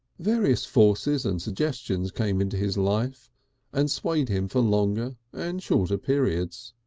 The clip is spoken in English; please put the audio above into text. various forces and suggestions came into his life and swayed him for longer and shorter periods.